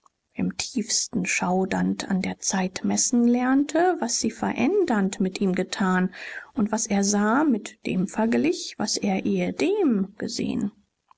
im tiefsten schaudernd an der zeit messen lernte was sie verändernd mit ihm getan und was er sah mit dem verglich was er ehedem gesehen